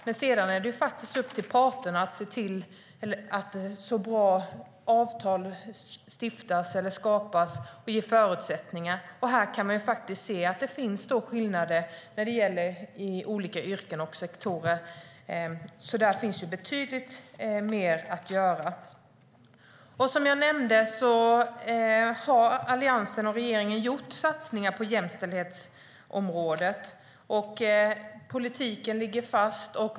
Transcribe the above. Men sedan är det upp till parterna att bra avtal träffas som ger förutsättningar. Här kan man se att det finns skillnader när det gäller olika yrken och sektorer. Det finns betydligt mer att göra. Som jag nämnde har Alliansen och regeringen gjort satsningar på jämställdhetsområdet. Politiken ligger fast.